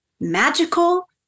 magical